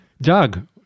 Doug